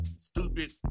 stupid